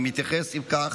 אני מתייחס, אם כך,